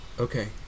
okay